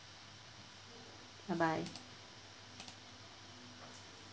bye bye